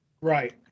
Right